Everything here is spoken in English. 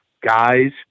Guys